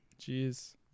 Jeez